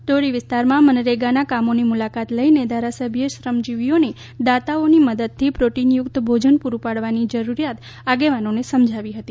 ઢોરી વિસ્તારમાં મનરેગાનાં કામોની મુલાકાત લઇને ધારાસભ્યે શ્રમજીવીઓને દાતાઓની મદદથી પ્રોટીનયુક્ત ભોજન પૂરું પાડવાની જરૂરત આગેવાનોને સમજાવી હતી